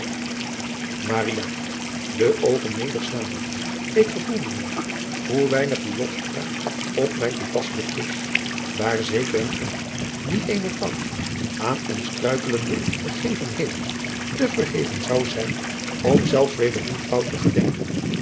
k gevoel mijn eer hoe weinig die lofspraak op mij toepasselijk is daar zeker een ngel die eene fout aan een struikelenden vergeven heeft te verheven zou zijn om zelfs weder die fout te gedenken